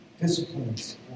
disciplines